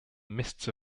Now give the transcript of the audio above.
mists